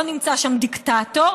לא נמצא שם דיקטטור,